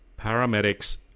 paramedics